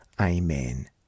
Amen